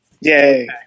Yay